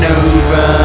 over